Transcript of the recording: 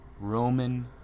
Roman